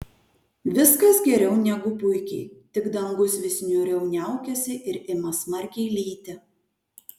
viskas geriau negu puikiai tik dangus vis niūriau niaukiasi ir ima smarkiai lyti